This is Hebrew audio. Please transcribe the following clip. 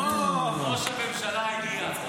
הינה, ראש הממשלה הגיע.